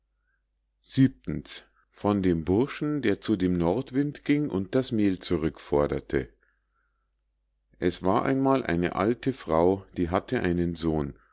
von dem burschen der zu dem nordwind ging und das mehl zurückforderte es war einmal eine alte frau die hatte einen sohn